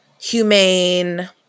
humane